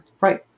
Right